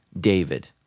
David